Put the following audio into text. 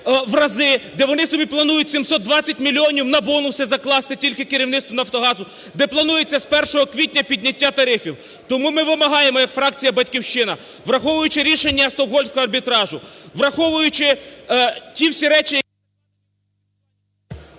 в рази, де вони собі планують 720 мільйонів на бонуси закласти тільки керівництву "Нафтогазу", де планується з 1 квітня підняття тарифів. Тому ми вимагаємо як фракція "Батьківщина", враховуючи рішення Стокгольмського арбітражу, враховуючи ті всі речі, які…